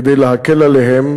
כדי להקל עליהם,